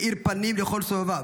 מאיר פנים לכל סובביו.